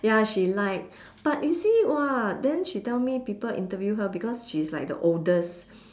ya she like but you see !wah! then she tell me people interview her because she's like the oldest